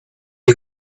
you